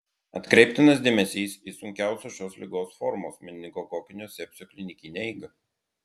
atkreiptinas dėmesys į sunkiausios šios ligos formos meningokokinio sepsio klinikinę eigą